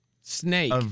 Snake